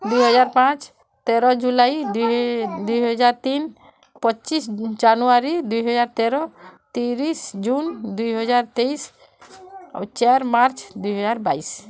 ଦୁଇ ହଜାର ପାଞ୍ଚ ତେର ଜୁଲାଇ ଦୁଇ ଦୁଇ ହଜାର ତିନି ପଚିଶ ଜାନୁଆରୀ ଦୁଇ ହଜାର ତେର ତିରିଶ ଜୁନ୍ ଦୁଇ ହଜାର ତେଇଶ ଆଉ ଚାରି ମାର୍ଚ୍ଚ ଦୁଇ ହଜାର ବାଇଶ